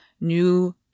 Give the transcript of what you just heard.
new